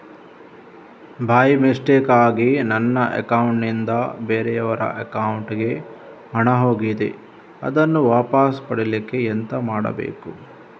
By ಮಿಸ್ಟೇಕಾಗಿ ನನ್ನ account ನಿಂದ ಬೇರೆಯವರ ಅಕೌಂಟ್ ಗೆ ಹಣ ಹೋಗಿದೆ ಅದನ್ನು ವಾಪಸ್ ಪಡಿಲಿಕ್ಕೆ ಎಂತ ಮಾಡಬೇಕು?